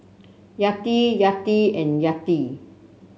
Yati Yati and Yati